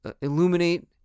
illuminate